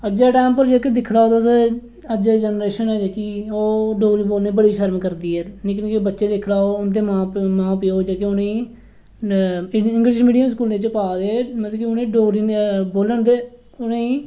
अज्जै दे टाईम पर जेह्के दिक्खी लैओ तुस अज्जै दी जनरेशन जेह्की ओह् डोगरी बोलने गी बड़ी शर्म करदी ऐ निक्के निक्के बच्चे दिक्खी लैओ उं'दे मां प्योऽ जेह्के उ'नेंगी इंग्लिश मीडियम च पा दे मतलब डोगरी बोलन ते